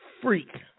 freak